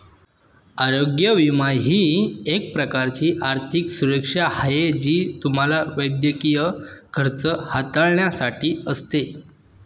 आरोग्य विमा ही एक प्रकारची आर्थिक सुरक्षा आहे जी तुम्हाला वैद्यकीय खर्च हाताळण्यासाठी असते